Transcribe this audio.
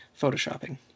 photoshopping